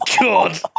God